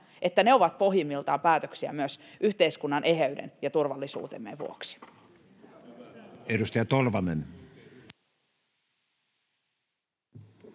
että ne ovat pohjimmiltaan päätöksiä myös yhteiskunnan eheyden ja turvallisuutemme vuoksi.